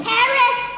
Paris